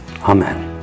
Amen